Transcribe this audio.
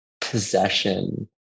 possession